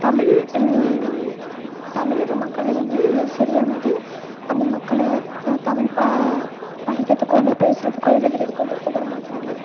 தமிழ் தமிழக மக்களே வந்து சரியாக வந்து அந்த மக்களை தமிழ் பா படிக்கிறதுக்கோ இல்லை பேசுவதுக்கோ எழுதுறதுக்கோ விருப்பப்பட மாட்டுறாங்க